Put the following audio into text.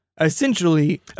essentially